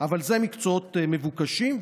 אבל אלה מקצועות מבוקשים,